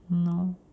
!hannor!